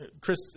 Chris